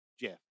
Jeff